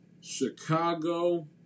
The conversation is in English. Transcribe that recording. Chicago